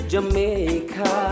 Jamaica